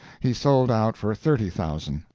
he sold out for thirty thousand